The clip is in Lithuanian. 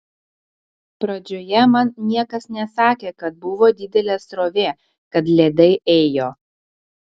pradžioje man niekas nesakė kad buvo didelė srovė kad ledai ėjo